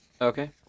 Okay